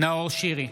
נאור שירי,